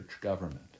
government